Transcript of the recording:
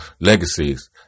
Legacies